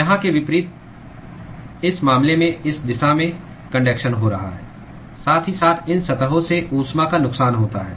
यहां के विपरीत इस मामले में इस दिशा में कन्डक्शन हो रहा है साथ ही साथ इन सतहों से ऊष्मा का नुकसान होता है